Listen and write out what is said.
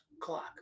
clock